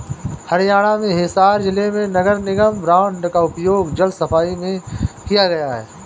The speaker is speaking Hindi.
हरियाणा में हिसार जिले में नगर निगम बॉन्ड का उपयोग जल सफाई में किया गया